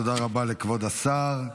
תודה רבה לכבוד השר.